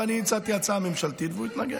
אני הצעתי הצעה ממשלתית והוא התנגד.